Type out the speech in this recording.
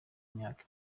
imyaka